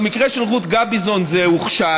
במקרה של רות גביזון זה הוכשל,